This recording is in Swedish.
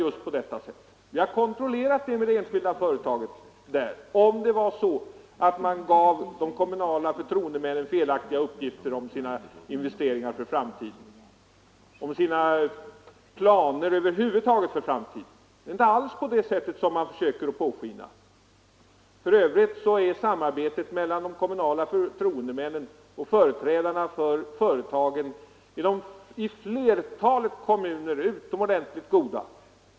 Vi har kontrollerat med det enskilda företaget där, huruvida företaget gav de kommunala förtroendemännen felaktiga uppgifter om sina investeringar för framtiden och om sina planer över huvud taget för framtiden, men det är inte alls på det sätt som man försöker låta påskina. För övrigt är samarbetet mellan de kommunala förtroendemännen och företrädarna för företagen i flertalet kommuner utomordentligt gott.